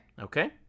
Okay